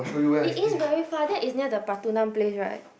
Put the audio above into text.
it is very far that is near the Pratunam place right